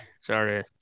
Sorry